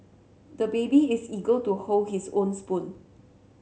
the baby is eager to hold his own spoon